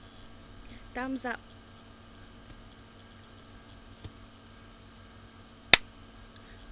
times up